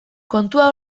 kontua